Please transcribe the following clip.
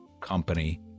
company